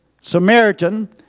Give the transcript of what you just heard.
Samaritan